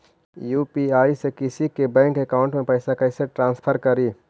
UPI से किसी के बैंक अकाउंट में पैसा कैसे ट्रांसफर करी?